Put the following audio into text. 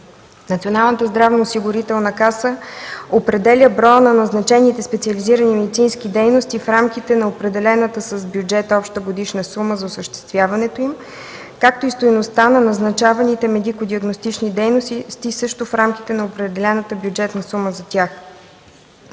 Националната здравноосигурителна каса определя броя на назначените специализирани медицински дейности в рамките на определената с бюджета обща годишна сума за осъществяването им, както и стойността на назначаваните медико-диагностични дейности, също в рамките на определената бюджетна сума за тях.